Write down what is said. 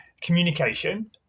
communication